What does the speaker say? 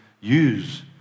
use